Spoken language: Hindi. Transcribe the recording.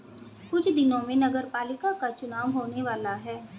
कुछ दिनों में नगरपालिका का चुनाव होने वाला है